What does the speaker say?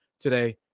today